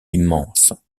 immense